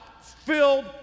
filled